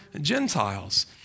Gentiles